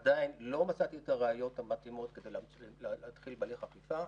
עדיין לא מצאתי את הראיות המתאימות כדי להתחיל בהליך אכיפה.